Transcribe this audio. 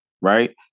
right